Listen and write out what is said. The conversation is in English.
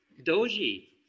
doji